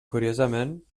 curiosament